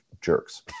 jerks